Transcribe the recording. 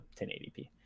1080p